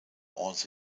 also